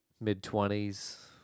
mid-twenties